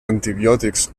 antibiòtics